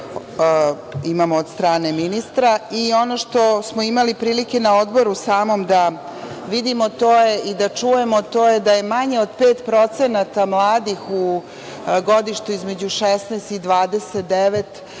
da imamo od strane ministra. Ono što smo imali prilike na odboru samom da vidimo i da čujemo, to je da se manje od 5% mladih u godištu između 16 i 29